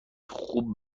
خوب